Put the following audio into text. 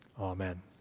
Amen